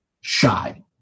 Shy